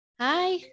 hi